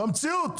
במציאות.